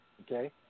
Okay